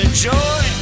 joy